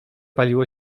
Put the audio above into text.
paliło